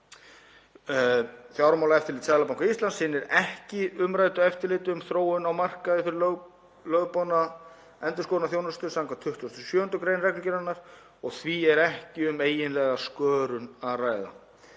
Fjármálaeftirlit Seðlabanka Íslands sinnir ekki umræddu eftirliti um þróun á markaði fyrir lögboðna endurskoðunarþjónustu skv. 27. gr. reglugerðarinnar og því er ekki um eiginlega skörun að ræða.